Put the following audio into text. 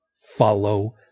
Follow